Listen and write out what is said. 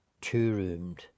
two-roomed